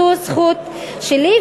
זו זכות שלי,